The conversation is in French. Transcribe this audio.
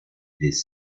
des